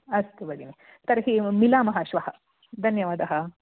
अस्तु भगिनि तर्हि मिलामः श्वः धन्यवादः